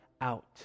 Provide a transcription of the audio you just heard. out